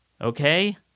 Okay